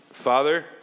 Father